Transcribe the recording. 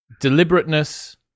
deliberateness